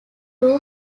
two